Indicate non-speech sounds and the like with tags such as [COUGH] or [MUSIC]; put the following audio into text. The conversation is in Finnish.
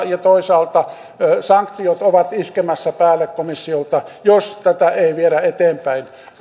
[UNINTELLIGIBLE] ja toisaalta sanktiot ovat iskemässä päälle komissiolta jos tätä ei viedä eteenpäin